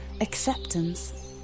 acceptance